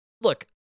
look